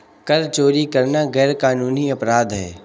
कर चोरी करना गैरकानूनी अपराध है